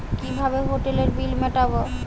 কিভাবে হোটেলের বিল মিটাব?